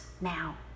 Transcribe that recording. now